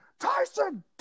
Tyson